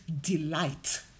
delight